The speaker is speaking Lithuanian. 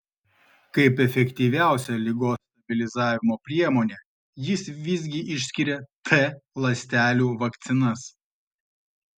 kaip efektyviausią ligos stabilizavimo priemonę jis visgi išskiria t ląstelių vakcinas